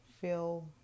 feel